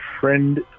friend